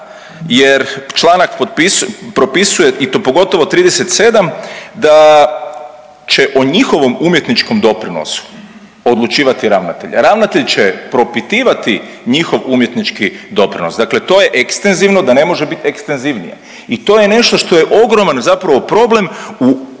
jer članak propisuje i to pogotovo 37. da će o njihovom umjetničkom doprinosu odlučivati ravnatelj, a ravnatelj će propitivati njihov umjetnički doprinos. Dakle, to je ekstenzivno da ne može biti ekstenzivnije. I to je nešto što je ogroman zapravo problem u samom, u